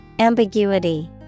Ambiguity